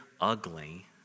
ugly